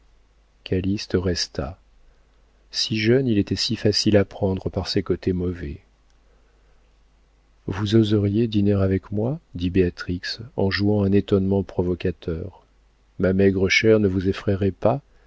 calyste resta si jeune il était si facile à prendre par ses côtés mauvais vous oseriez dîner avec moi dit béatrix en jouant un étonnement provocateur ma maigre chère ne vous effrayerait pas